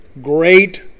great